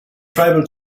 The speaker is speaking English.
tribal